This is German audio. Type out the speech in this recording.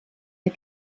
der